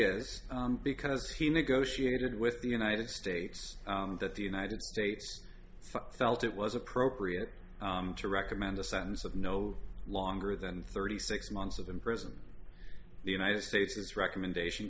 is because he negotiated with the united states that the united states felt it was appropriate to recommend a sentence of no longer than thirty six months of in prison the united states its recommendation